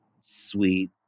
sweet